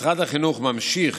משרד החינוך ממשיך